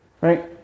right